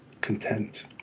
content